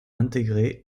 intégrés